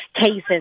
cases